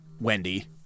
Wendy